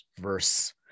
verse